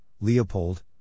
Leopold